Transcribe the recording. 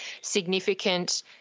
significant